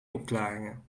opklaringen